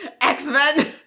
X-Men